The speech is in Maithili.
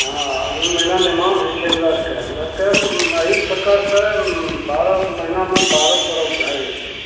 हँ अगहन महिना नवान्न होइ छै हमरा आओरके हमरा आओरके अही प्रकारसे बारह महिनामे बारह परब भए जाइ छै